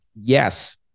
Yes